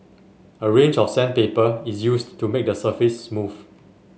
a range of sandpaper is used to make the surface smooth